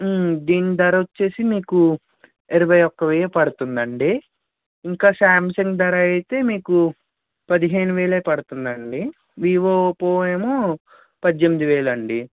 దీని ధర వచ్చేసి మీకు ఇరవై ఒక్క వెయ్యి పడుతుందండి ఇంకా సామ్సాంగ్ ధర అయితే మీకు పదిహేను వేలే పడుతుందండి వివో ఒప్పో ఏమో పద్దెనిమిది వేలు అండి